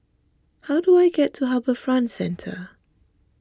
how do I get to HarbourFront Centre